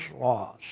laws